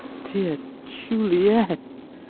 dear juliet,